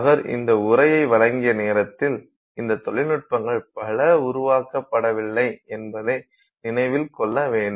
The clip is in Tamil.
அவர் இந்த உரையை வழங்கிய நேரத்தில் இந்த தொழில்நுட்பங்கள் பல உருவாக்கப்படவில்லை என்பதை நினைவில் கொள்ள வேண்டும்